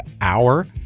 hour